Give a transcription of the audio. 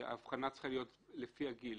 שההבחנה צריכה להיות לפי הגיל,